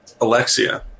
Alexia